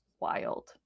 wild